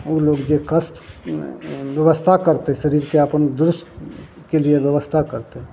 उ लोग जे कष्ट व्यवस्था करतय शरीरके अपन दुरुस्तके लिये व्यवस्था करतय